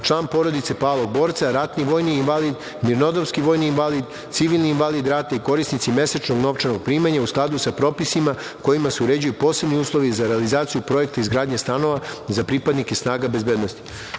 član porodice palog borca, ratni-vojni invalid, mirnodopski vojni invalid, civilni invalid rata i korisnici mesečnog novčanog primanja u skladu sa propisima kojima se uređuju posebni uslovi za realizaciju projekta izgradnje stanova za pripadnike snaga bezbednosti. Odredbama